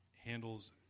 handles